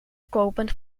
kopen